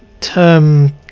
term